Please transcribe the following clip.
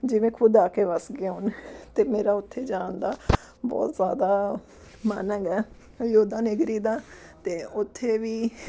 ਜਿਵੇਂ ਖ਼ੁਦ ਆ ਕੇ ਵੱਸ ਗਏ ਹੋਣ ਅਤੇ ਮੇਰਾ ਉੱਥੇ ਜਾਣ ਦਾ ਬਹੁਤ ਜ਼ਿਆਦਾ ਮਨ ਹੈਗਾ ਅਯੋਧਿਆ ਨਗਰੀ ਦਾ ਅਤੇ ਉੱਥੇ ਵੀ